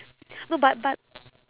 no but but